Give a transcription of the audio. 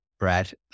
Brad